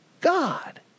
God